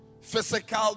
Physical